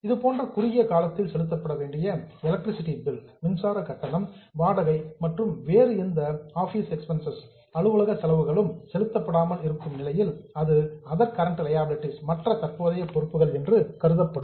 இது போன்ற குறுகிய காலத்தில் செலுத்தப்பட வேண்டிய எலக்ட்ரிசிட்டி பில் மின்சார கட்டணம் வாடகை மற்றும் வேறு எந்த ஆபீஸ் எக்ஸ்பென்சஸ் அலுவலக செலவுகளும் செலுத்தப்படாமல் இருக்கும் நிலையில் அது அதர் கரண்ட் லியாபிலிடீஸ் மற்ற தற்போதைய பொறுப்புகள் என்று கருதப்படும்